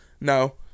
No